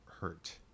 hurt